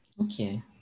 Okay